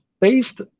based